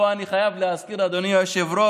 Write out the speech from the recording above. פה אני חייב להזכיר, אדוני היושב-ראש,